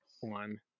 one